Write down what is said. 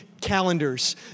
calendars